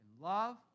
love